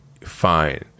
fine